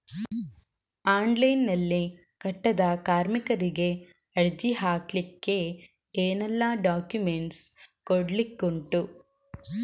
Online ನಲ್ಲಿ ಕಟ್ಟಡ ಕಾರ್ಮಿಕರಿಗೆ ಅರ್ಜಿ ಹಾಕ್ಲಿಕ್ಕೆ ಏನೆಲ್ಲಾ ಡಾಕ್ಯುಮೆಂಟ್ಸ್ ಕೊಡ್ಲಿಕುಂಟು?